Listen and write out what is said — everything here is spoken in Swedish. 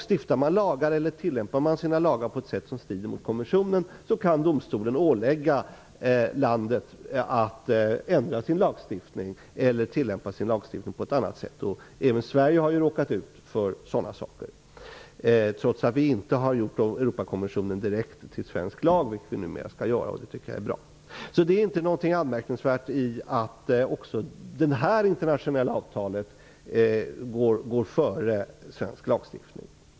Stiftar man lagar eller tillämpar lagar på ett sätt som strider mot konventionen, så kan domstolen ålägga landet att ändra sin lagstiftning eller tillämpa den på ett annat sätt. Även Sverige har ju råkat ut för sådana saker, trots att vi inte gjort Europakonventionen direkt till svensk lag. Det skall vi numera göra, och det tycker jag är bra. Det är alltså inte någonting anmärkningsvärt i att också det här internationella avtalet går före svensk lagstiftning.